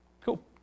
Cool